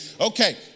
Okay